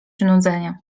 nudzenia